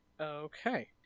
Okay